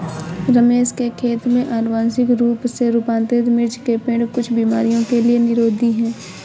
रमेश के खेत में अनुवांशिक रूप से रूपांतरित मिर्च के पेड़ कुछ बीमारियों के लिए निरोधी हैं